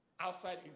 outside